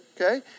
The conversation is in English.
okay